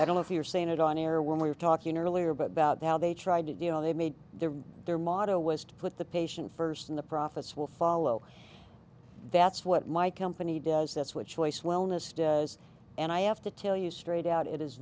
i don't know if you're saying it on air when we were talking earlier about how they tried to do you know they made their their motto was to put the patient first in the profits will follow that's what my company does that's what choice wellness is and i have to tell you straight out it is